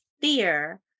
fear